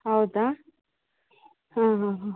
ಹೌದಾ ಹಾಂ ಹಾಂ ಹಾಂ